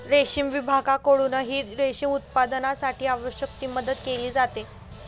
रेशीम विभागाकडूनही रेशीम उत्पादनासाठी आवश्यक ती मदत केली जाते